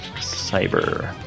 cyber